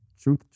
truth